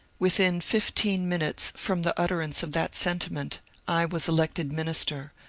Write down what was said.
within fifteen minutes from the utterance of that senti ment i was elected minister,